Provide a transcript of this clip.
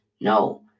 No